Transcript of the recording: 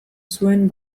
zuen